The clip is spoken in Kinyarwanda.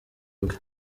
bwe